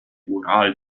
ural